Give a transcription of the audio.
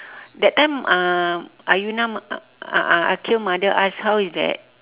that time um ayuna uh uh aqil mother ask how is that